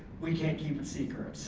we can't keep it secret.